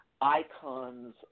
icons